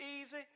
easy